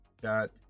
dot